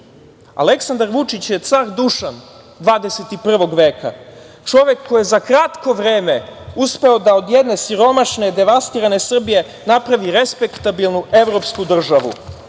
Aleksandar Vučić je car Dušan 21. veka, čovek koji je za kratko vreme uspeo da od jedne siromašne devastirane Srbije napravi respektabilnu evropsku državu. Građani